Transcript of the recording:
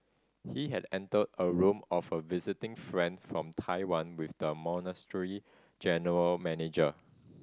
he had entered a room of a visiting friend from Taiwan with the monastery general manager